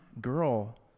girl